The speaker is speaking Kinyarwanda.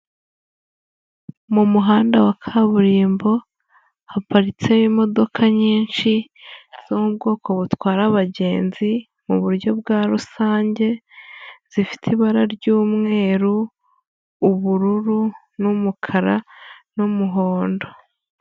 Mu muhanda wa kaburimbo haparitseho imodoka nyinshi zo mu bwoko butwara abagenzi mu buryo bwa rusange, zifite ibara ry'umweru, ubururu n'umukara n'umuhondo.